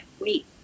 wait